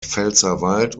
pfälzerwald